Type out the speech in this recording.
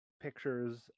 pictures